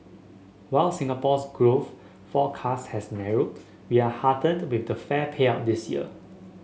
while Singapore's growth forecast has narrowed we are heartened with the fair payout this year